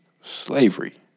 slavery